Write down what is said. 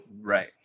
Right